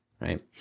right